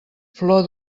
flor